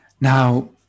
Now